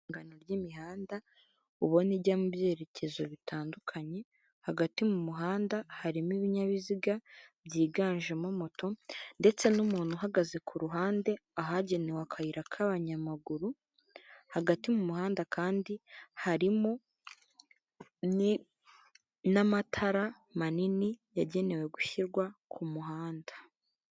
Isangano ry'imihanda ubona ijya mu byerekezo bitandukanye hagati mu muhanda harimo ibinyabiziga byiganjemo moto ndetse n'umuntu uhagaze ku ruhande ahagenewe akayira k'abanyamaguru hagati mu muhanda kandi harimo n'amatara manini yagenewe gushyirwa ku muhanda.